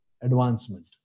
advancement